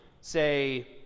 say